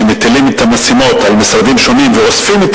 שמטילים את המשימות על משרדים שונים ואוספים את